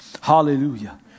Hallelujah